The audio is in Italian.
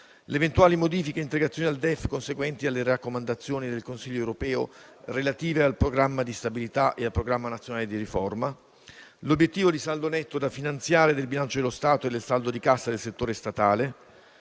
le eventuali modifiche ed integrazioni al DEF, conseguenti alle raccomandazioni del Consiglio europeo relative al programma di stabilità e al programma nazionale di riforma, l'obiettivo di saldo netto da finanziare del bilancio dello Stato e del saldo di cassa del settore statale,